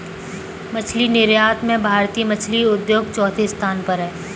मछली निर्यात में भारतीय मछली उद्योग चौथे स्थान पर है